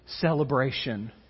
Celebration